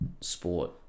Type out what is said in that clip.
sport